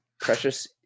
Precious